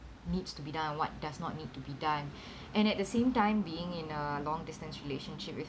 needs to be done what does not need to be done and at the same time being in a long distance relationship with